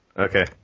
Okay